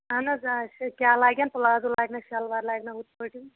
اہن حظ آ سُہ کیاہ لاگن پٕلازو لاگن نہ شَلوار لاگن نہ ہُتہٕ پٲٹھۍ